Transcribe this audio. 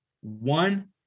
one